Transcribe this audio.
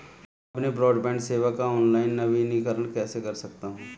मैं अपनी ब्रॉडबैंड सेवा का ऑनलाइन नवीनीकरण कैसे कर सकता हूं?